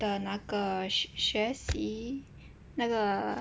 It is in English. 的那个学习那个